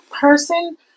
person